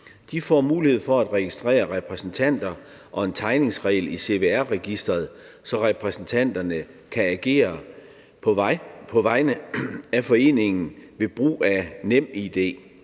De får mulighed for at registrere repræsentanter og en tegningsregel i cvr-registeret, så repræsentanterne kan agere på vegne af foreningen ved hjælp af NemID.